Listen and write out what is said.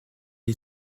est